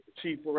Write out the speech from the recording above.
Chief